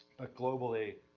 ah globally